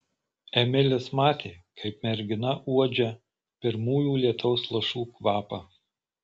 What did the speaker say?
emilis matė kaip mergina uodžia pirmųjų lietaus lašų kvapą